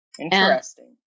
interesting